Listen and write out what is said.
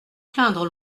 plaindre